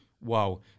Wow